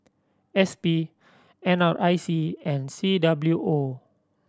S P N R I C and C W O